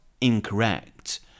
incorrect